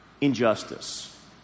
injustice